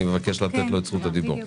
אני מבקש לתת לו את רשות הדיבור.